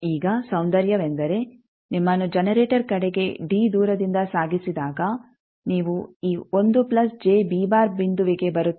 ಈಗ ಸೌಂದರ್ಯವೆಂದರೆ ನಿಮ್ಮನ್ನು ಜನರೇಟರ್ ಕಡೆಗೆ ಡಿ ದೂರದಿಂದ ಸಾಗಿಸಿದಾಗ ನೀವು ಈ ಬಿಂದುವಿಗೆ ಬರುತ್ತೀರಿ